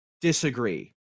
disagree